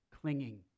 clinging